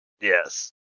yes